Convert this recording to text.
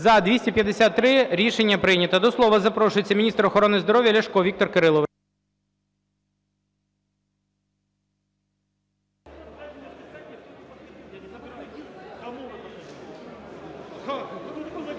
За-253 Рішення прийнято. До слова запрошується міністр охорони здоров'я Ляшко Віктор Кирилович.